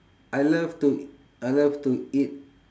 I love to I love to eat